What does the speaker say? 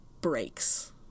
breaks